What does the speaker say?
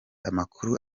amakuru